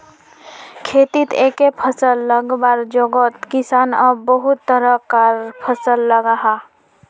खेतित एके फसल लगवार जोगोत किसान अब बहुत तरह कार फसल लगाहा